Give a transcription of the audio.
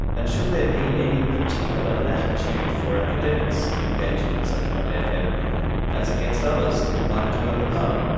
and should there be any particular latitude for academics engaging in such behaviour as against others who might do at the pub?